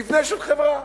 מבנה של חברה.